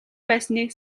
байсныг